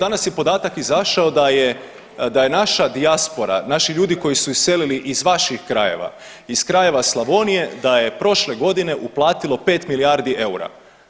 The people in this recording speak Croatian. Danas je podatak izašao da je naša dijaspora, naši ljudi koji su iselili iz vaših krajeva, iz krajeva Slavonije da je prošle godine uplatilo pet milijardi eura.